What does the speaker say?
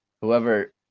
Whoever